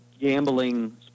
gambling